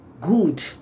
good